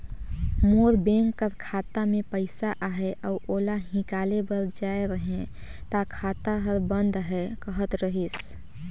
मोर bank कर खाता में पइसा अहे अउ ओला हिंकाले बर जाए रहें ता खाता हर बंद अहे कहत रहिस